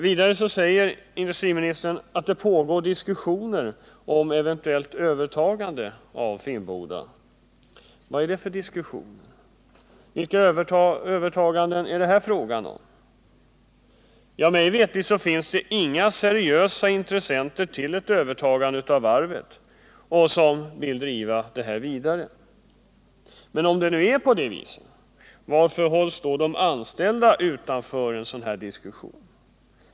Vidare säger industriministern att det pågår diskussioner om eventuellt övertagande av Finnboda. Vad är det för diskussioner? Vilka övertaganden är det fråga om? Mig veterligt finns det inga seriösa intressenter när det gäller ett övertagande av varvet och som vill driva det vidare. Men om det nu är så, varför hålls de anställda utanför en sådan diskussion?